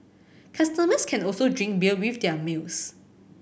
customers can also drink beer with their meals